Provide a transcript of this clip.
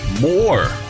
More